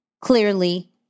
clearly